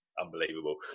unbelievable